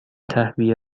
تهویه